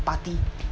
party